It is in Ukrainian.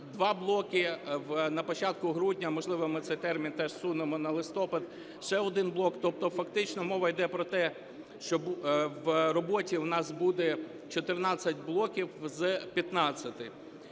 два блоки, на початку грудня, а, можливо, ми цей термін теж зсунемо на листопад, ще один блок. Тобто фактично мова йде про те, що в роботі в нас буде 14 блоків з 15.